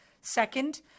Second